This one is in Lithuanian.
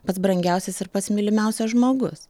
pats brangiausias ir pats mylimiausias žmogus